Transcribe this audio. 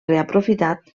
reaprofitat